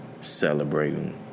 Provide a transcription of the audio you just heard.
celebrating